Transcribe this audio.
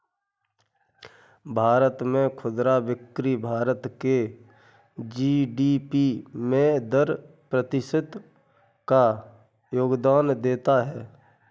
भारत में खुदरा बिक्री भारत के जी.डी.पी में दस प्रतिशत का योगदान देता है